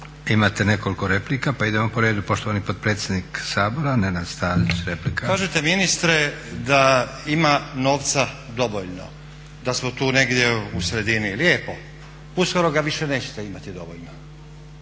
Imate nekoliko replika pa idemo po redu. Poštovani potpredsjednik Sabora Nenad Stazić, replika. **Stazić, Nenad (SDP)** Kažete ministre da ima novca dovoljno, da smo tu negdje u sredini. Lijepo. Uskoro ga više nećete imati dovoljno.